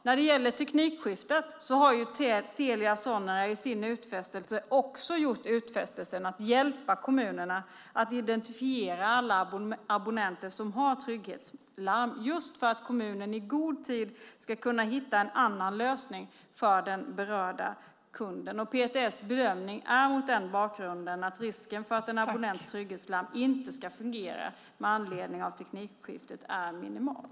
När det gäller teknikskiftet har Telia Sonera också gjort utfästelsen att hjälpa kommunerna att identifiera alla abonnenter som har trygghetslarm, just för att kommunen i god tid ska kunna hitta en annan lösning för den berörda kunden. PTS bedömning är mot den bakgrunden att risken för att en abonnents trygghetslarm inte ska fungera med anledning av teknikskiftet är minimal.